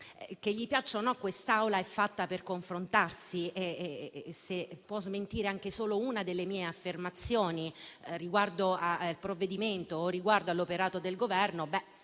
Che gli piaccia o no, quest'Aula è fatta per confrontarsi, e se può smentire anche solo una delle mie affermazioni riguardo al provvedimento o all'operato del Governo, lo